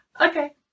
Okay